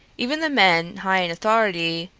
even the men high in authority,